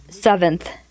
Seventh